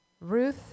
Ruth